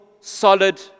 solid